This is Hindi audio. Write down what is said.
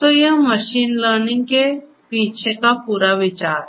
तो यह मशीन लर्निंग के पीछे का पूरा विचार है